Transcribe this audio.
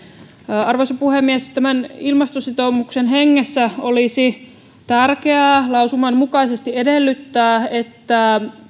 arvoisa puhemies tämän ilmastositoumuksen hengessä olisi tärkeää lausuman mukaisesti edellyttää että